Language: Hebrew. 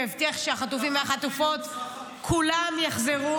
והבטיח שהחטופים והחטופות כולם יחזרו.